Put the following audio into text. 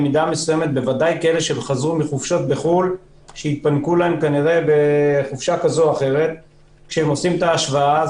בוודאי לכאלה שהתפנקו בחופשה כזו או אחרת בחו"ל,